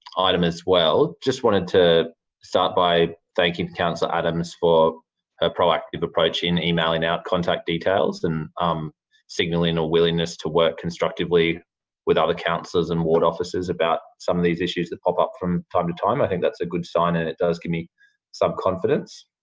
item as well. just wanted to start by thanking councillor adams for her proactive approach in emailing out contact details and signalling a willingness to work constructively with other councillors and ward officers about some of these issues that pop up from time to time. i think that's a good sign. and it does give me some confidence.